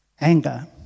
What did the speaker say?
anger